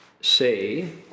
say